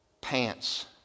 pants